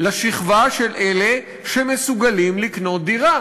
לשכבה של אלה שמסוגלים לקנות דירה.